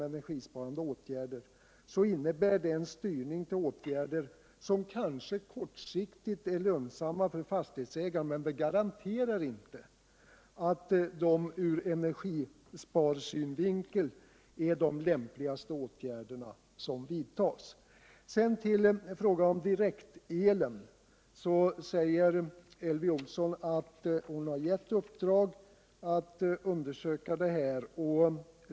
Energisparplan Sedan till frågan om installation av direktverkande elvärme. Elvy Olsson säger alt hon har låtit göra undersökningar i frågan.